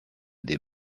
des